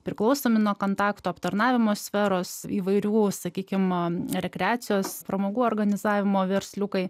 priklausomi nuo kontakto aptarnavimo sferos įvairių sakykime rekreacijos pramogų organizavimo versliukai